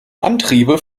antriebe